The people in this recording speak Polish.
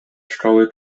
szkoły